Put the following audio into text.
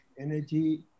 energy